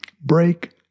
break